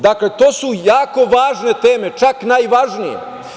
Dakle, to su jako važne teme, čak najvažnije.